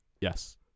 yes